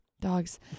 dogs